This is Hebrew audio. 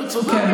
צודקת.